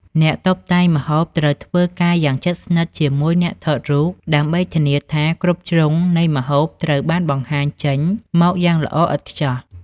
អ្នកតុបតែងម្ហូបត្រូវធ្វើការយ៉ាងជិតស្និទ្ធជាមួយអ្នកថតរូប ដើម្បីធានាថាគ្រប់ជ្រុងនៃម្ហូបត្រូវបានបង្ហាញចេញមកយ៉ាងល្អឥតខ្ចោះ។